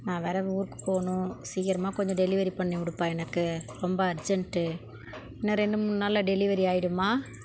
நான் வேறு ஊருக்கு போகணும் சீக்கிரமா கொஞ்சம் டெலிவரி பண்ணி விடுப்பா எனக்கு ரொம்ப அர்ஜென்ட்டு இன்னும் ரெண்டு மூணு நாளில் டெலிவரி ஆகிடுமா